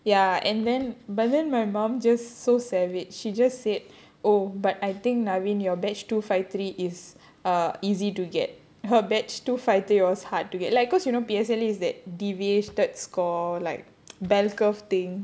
ya and then but then my mum just so savage she just said oh but I think naveen your batch two five three is uh easy to get her batch two five three was hard to get like because you know P_S_L_E is that deviated score like bell curve thing